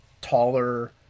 taller